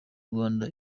rwanda